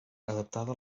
adaptada